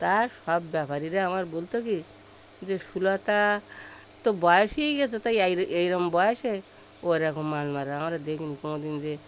তা সব ব্যাপারীরা আমার বলত কী যে সুলতার তো বয়স হয়ে গিয়েছে তাই এই এই রকম বয়সে ও রকম মাছ মারে আমরা দেখিনি কোনোদিন যে